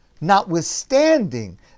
notwithstanding